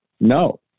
No